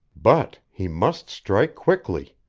but he must strike quickly.